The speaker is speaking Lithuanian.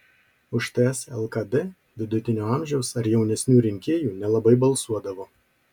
už ts lkd vidutinio amžiaus ar jaunesnių rinkėjų nelabai balsuodavo